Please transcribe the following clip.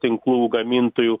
tinklų gamintojų